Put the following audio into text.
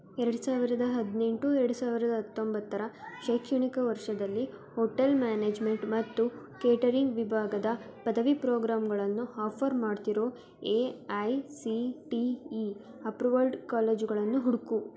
ಎರಡು ಸಾವಿರದ ಹದಿನೆಂಟು ಎರಡು ಸಾವಿರದ ಹತ್ತೊಂಬತ್ತರ ಶೈಕ್ಷಣಿಕ ವರ್ಷದಲ್ಲಿ ಹೋಟೆಲ್ ಮ್ಯಾನೇಜ್ಮೆಂಟ್ ಮತ್ತು ಕೇಟರಿಂಗ್ ವಿಭಾಗದ ಪದವಿ ಪ್ರೋಗ್ರಾಂಗಳನ್ನು ಆಫರ್ ಮಾಡ್ತಿರೋ A I C T E approved ಕಾಲೇಜುಗಳನ್ನು ಹುಡುಕು